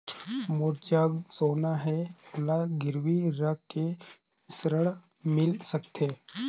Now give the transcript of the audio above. मोर जग सोना है ओला गिरवी रख के ऋण मिल सकथे?